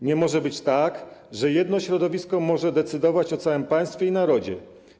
Nie może być tak, że jedno środowisko może decydować o całym państwie i narodzie.